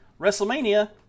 wrestlemania